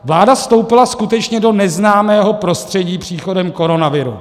Vláda vstoupila skutečně do neznámého prostředí příchodem koronaviru.